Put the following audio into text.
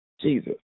Jesus